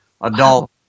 adult